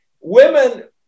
Women